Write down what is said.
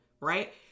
right